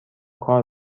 کار